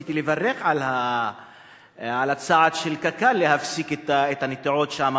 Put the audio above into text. ורציתי לברך על הצעד של קק"ל להפסיק את הנטיעות שם,